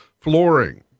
flooring